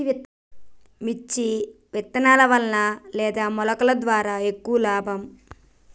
మిర్చి విత్తనాల వలన లేదా మొలకల ద్వారా ఎక్కువ లాభం?